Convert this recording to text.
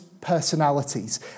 personalities